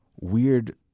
weird